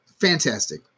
Fantastic